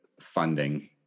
funding